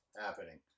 happening